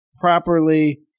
properly